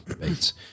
beats